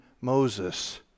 Moses